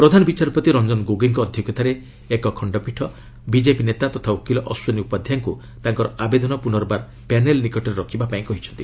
ପ୍ରଧାନ ବିଚାରପତି ରଞ୍ଜନ ଗୋଗୋଇଙ୍କ ଅଧ୍ୟକ୍ଷତାରେ ଏଲକ ଖଣ୍ଡପୀଠ ବିକେପି ନେତା ତଥା ଓକିଲ ଅଶ୍ୱିନୀ ଉପାଧ୍ୟାୟଙ୍କୁ ତାଙ୍କର ଆବେଦନ ପୁନର୍ବାର ପ୍ୟାନେଲ୍ ନିକଟରେ ରଖିବାପାଇଁ କହିଛନ୍ତି